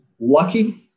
lucky